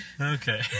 Okay